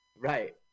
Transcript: Right